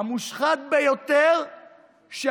המושחת ביותר, נא לסיים.